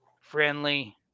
friendly